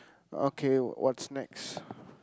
okay what's next